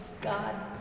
God